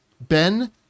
Ben